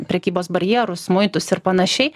prekybos barjerus muitus ir panašiai